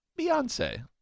Beyonce